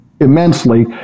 immensely